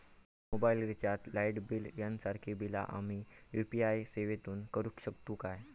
Mobile recharge, light bill यांसारखी बिला आम्ही यू.पी.आय सेवेतून करू शकतू काय?